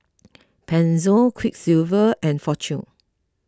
Pezzo Quiksilver and fortune